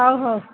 ହଉ ହଉ